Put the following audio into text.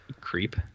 Creep